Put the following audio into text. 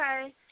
Okay